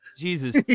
Jesus